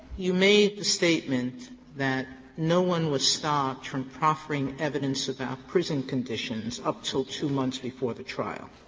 you made the statement that no one was stopped from proffering evidence about prison conditions up till two months before the trial.